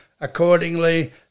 accordingly